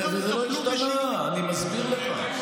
זה לא השתנה, אני מסביר לך.